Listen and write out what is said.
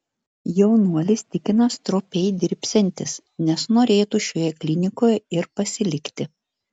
jaunuolis tikina stropiai dirbsiantis nes norėtų šioje klinikoje ir pasilikti